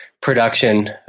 production